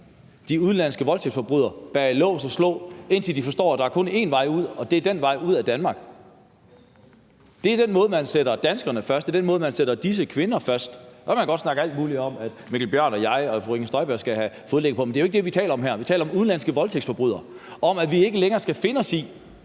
de udenlandske voldtægtsforbrydere bag lås og slå, indtil de forstår, at der kun er én vej ud, og det er ud af Danmark. Det er den måde, man sætter danskerne først, det er den måde, man sætter disse kvinder først. Så kan man godt snakke om alt muligt med, at hr. Mikkel Bjørn og jeg og fru Inger Støjberg skal have fodlænker på, men det er jo ikke det, vi taler om her. Vi taler om udenlandske voldtægtsforbrydere og om, at vi ikke længere skal finde os i,